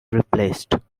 replaced